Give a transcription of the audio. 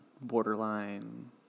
Borderline